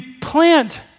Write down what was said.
plant